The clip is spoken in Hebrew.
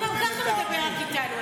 הוא גם ככה מדבר רק איתנו,